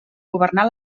governar